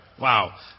Wow